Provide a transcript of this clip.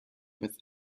with